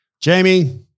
Jamie